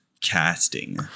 casting